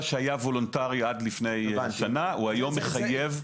שהיה וולונטרי עד לפני שנה הוא היום מחייב.